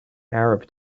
arab